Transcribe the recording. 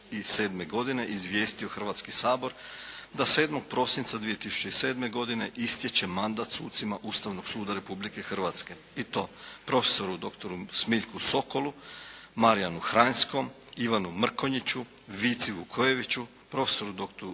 godine izvijestio Hrvatski sabor da 7. prosinca 2007. godine istječe mandat sucima Ustavnog suda Republike Hrvatske i to: profesoru doktoru Smiljku Sokolu, Marijanu Hranjskom, Ivanu Mrkonjiću, Vici Vukojeviću, profesoru